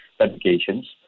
applications